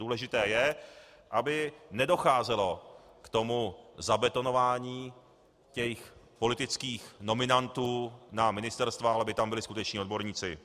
Důležité je, aby nedocházelo k tomu zabetonování jejich politických nominantů na ministerstva, ale aby tam byli skutečně odborníci.